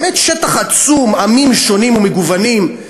באמת שטח עצום, עמים שונים ומגוונים,